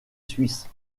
suisse